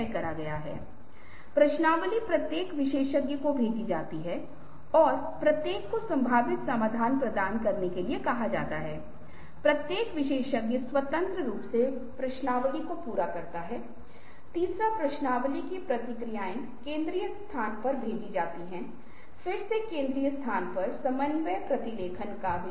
अब यह वह जगह है जहाँ आप ठीक कहते हैं कि समस्या यह है कि किसी को बहुत सावधान रहना होगा कक्षाएँ बहुत संवेदनशील स्थान हैं छात्रों के मन बहुत संवेदनशील होते हैं उनमें हेरफेर किया जा सकता है वे अपमानित महसूस कर सकते हैं उनके साथ अन्याय हो सकता है